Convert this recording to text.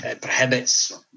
prohibits